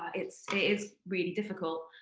it so is really difficult.